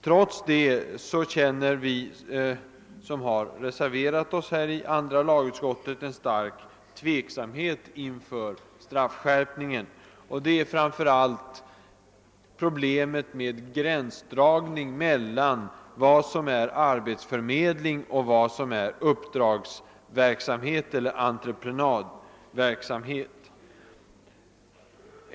Trots det känner vi som har reserverat oss i andra lagutskottet stark tveksamhet inför straffskärpningen. Den tveksamheten beror framför allt på problemet med gränsdragningen mellan vad som är arbetsförmedling och vad som är uppdragsverksamhet eller entreprenadverksamhet.